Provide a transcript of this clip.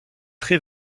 très